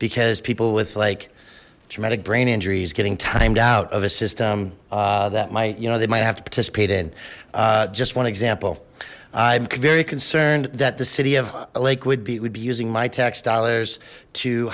because people with like traumatic brain injuries getting timed out of a system that might you know they might have to participate in just one example i'm very concerned that the city of lakewood b would be using my tax dollars to